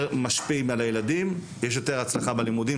משפיעים על הילדים יש יותר הצלחה בלימודים.